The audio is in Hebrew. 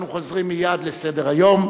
אנחנו חוזרים מייד לסדר-היום.